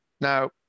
Now